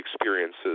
experiences